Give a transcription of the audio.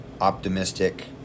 optimistic